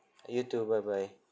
you too bye bye